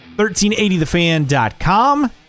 1380thefan.com